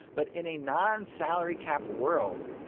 but in a non-salary cap world,